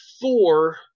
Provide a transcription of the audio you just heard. four